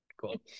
Cool